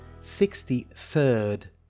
sixty-third